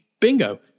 Bingo